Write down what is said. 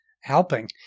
helping